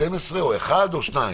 בשתיים-עשרה או באחת או בשתיים,